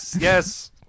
yes